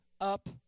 up